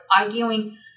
arguing